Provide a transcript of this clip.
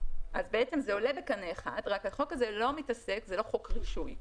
אז זה עולה בקנה אחד, רק שהחוק הוא לא חוק רישוי.